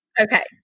Okay